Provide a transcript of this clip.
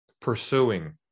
Pursuing